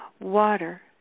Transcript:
water